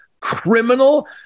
criminal